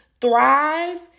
thrive